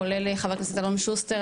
כולל חבר הכנסת אלון שוסטר,